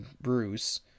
Bruce